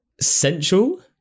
central